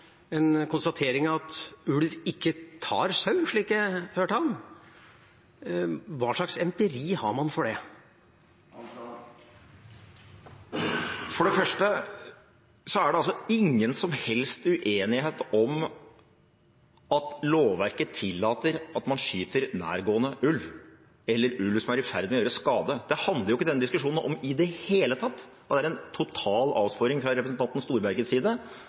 en konstatering av at ulv ikke tar sau, slik jeg hørte ham. Hva slags empiri har man for det? For det første: Det er ingen som helst uenighet om at lovverket tillater at man skyter nærgående ulv eller ulv som er i ferd med å gjøre skade. Det handler ikke denne diskusjonen om i det hele tatt, og det er en total avsporing fra representanten Storbergets side